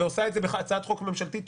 ועושה את זה בהצעת חוק ממשלתית,